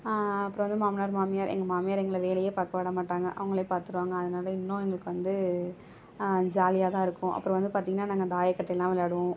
அப்புறம் வந்து மாமனார் மாமியார் எங்கள் மாமியார் எங்களை வேலையே பார்க்க விட மாட்டாங்க அவங்களே பார்த்துருவாங்க அதனால் இன்னும் எங்களுக்கு வந்து ஜாலியாகதான் இருக்கும் அப்புறம் வந்து பார்த்திங்கன்னா நாங்கள் தாயகட்டைலாம் விளையாடுவோம்